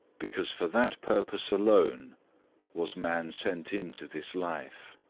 because for that purpose alone was man sent into this life!